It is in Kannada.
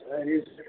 ಸರಿ ಸರ್